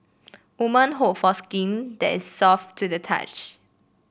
woman hope for skin that is soft to the touch